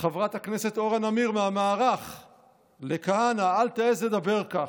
חברת הכנסת אורה נמיר מהמערך לכהנא: אל תעז לדבר כך.